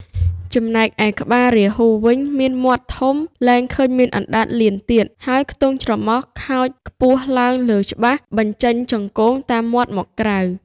ចំណែកឯ ក្បាលរាហ៊ូវិញ វាមានមាត់ធំ លែងឃើញមានអណ្តាតលៀនទៀត ហើយខ្នង់ ច្រមុះខើចខ្ពស់ឡើងលើច្បាស់ បញ្ចេញចង្កូមតាមមាត់មកក្រៅ។